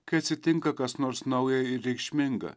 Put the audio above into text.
kai atsitinka kas nors nauja ir reikšminga